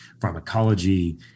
pharmacology